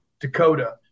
Dakota